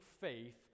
faith